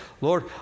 Lord